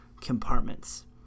compartments